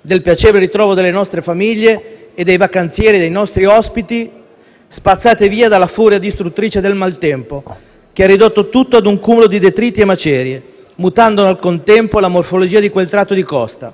del piacevole ritrovo delle nostre famiglie e dei vacanzieri nostri ospiti, sono state spazzate via dalla furia distruttrice del maltempo, che ha ridotto tutto a un cumulo di detriti e macerie, mutando al contempo la morfologia di quel tratto di costa.